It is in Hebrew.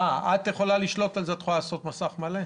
פרסמנו למעלה משבע חוות דעת מאוד מפורטות בעניינים